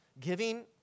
giving